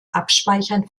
abspeichern